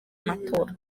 amatora